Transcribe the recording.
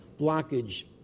blockage